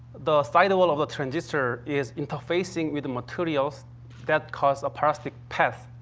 the side wall of a transistor is interfacing with the materials that cause a parasitic path,